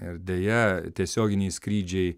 ir deja tiesioginiai skrydžiai